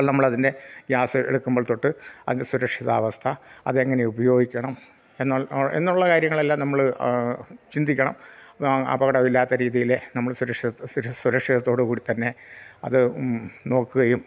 അ നമ്മൾ അതിൻ്റെ ഗ്യാസ് എടുക്കുമ്പോൾ തൊട്ട് അതിൻ്റെ സുരക്ഷിതാവസ്ഥ അതെങ്ങനെ ഉപയോഗിക്കണം എന്നുള്ള കാര്യങ്ങളെല്ലാം നമ്മൾ ചിന്തിക്കണം അപകടമില്ലാത്ത രീതിയിലെ നമ്മൾ സുരക്ഷിതം സുരക്ഷിതത്തോടുകൂടി തന്നെ അത് നോക്കുകയും